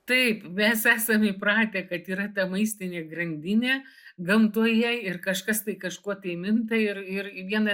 taip mes esam įpratę kad yra ta maistinė grandinė gamtoje ir kažkas tai kažkuo tai minta ir ir į vieną